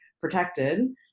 protected